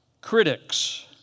critics